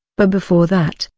but before that,